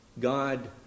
God